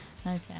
Okay